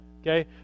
Okay